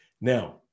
Now